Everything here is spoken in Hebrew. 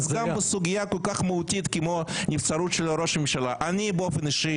אז גם בסוגיה כל כך מהותית כמו נבצרות של ראש ממשלה אני באופן אישי